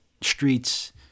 streets